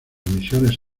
misiones